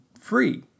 free